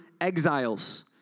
exiles